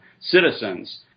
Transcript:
citizens